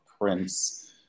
Prince